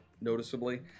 noticeably